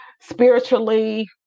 spiritually